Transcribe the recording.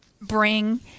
bring